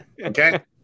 Okay